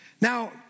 Now